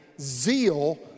zeal